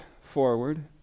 forward